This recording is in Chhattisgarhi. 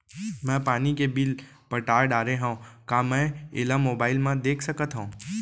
मैं पानी के बिल पटा डारे हव का मैं एला मोबाइल म देख सकथव?